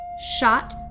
shot